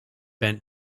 bent